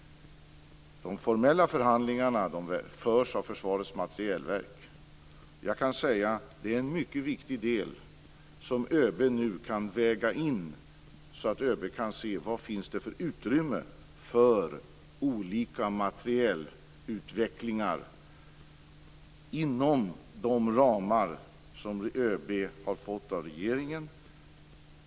De formella förhandlingarna förs av Försvarets materielverk. Jag kan säga att det är en mycket viktig del som ÖB nu kan väga in, så att ÖB kan se vad det finns för utrymme för olika materielutvecklingar inom de ramar som ÖB har fått av regeringen.